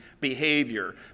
behavior